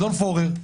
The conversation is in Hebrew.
אדון פורר,